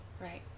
right